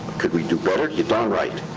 could we do better? you're darn right.